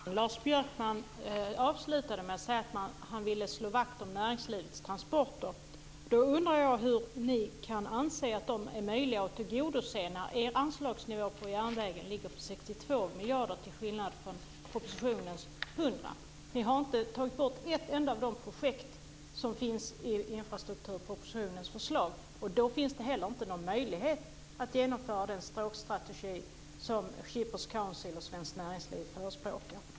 Herr talman! Lars Björkman avslutade med att säga att han ville slå vakt om näringslivets transporter. Jag undrar hur ni kan anse att de är möjliga att tillgodose när er anslagsnivå för järnvägen är 62 miljarder till skillnad från propositionens 100 miljarder. Ni har inte tagit bort ett enda av de projekt som finns i infrastrukturpropositionens förslag. Då finns det heller inte någon möjlighet att genomföra den stråkstrategi som Shippers Council och Svenskt Näringsliv förespråkar.